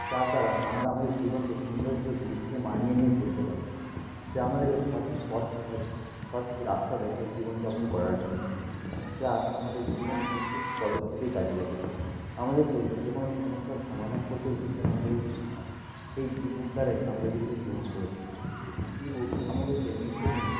যার দ্বারা আমরা আমাদের জীবনকে সুন্দরভাবে গুছিয়ে মানিয়ে নিয়ে চলতে পারি যা আমাদেরকে সঠিক পথ শেখায় সঠিক রাস্তা দেখায় জীবন যাপন করার জন্য যা আমাদের জীবনের প্রত্যেকটি পদক্ষেপেই কাজে লাগে আমাদেরকে যে কোনো সমস্যার সমাধান করতে শেখায় আমাদের এই শিক্ষা এই ইবুক দ্বারাই আমরা যেগুলি গ্রহণ করে থাকি ইবুক আমাদেরকে নিত্যদিন